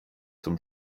zum